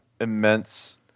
immense